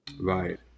Right